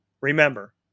Remember